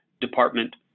Department